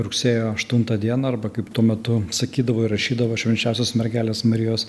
rugsėjo aštuntą dieną arba kaip tuo metu sakydavo ir rašydavo švenčiausios mergelės marijos